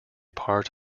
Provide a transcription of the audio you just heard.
part